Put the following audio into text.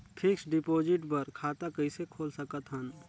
Fixed deposit बर खाता कइसे खोल सकत हन?